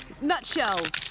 Nutshells